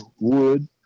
wood